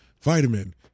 vitamin